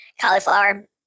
cauliflower